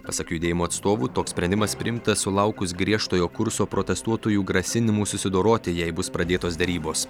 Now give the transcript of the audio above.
pasak judėjimo atstovų toks sprendimas priimtas sulaukus griežtojo kurso protestuotojų grasinimų susidoroti jei bus pradėtos derybos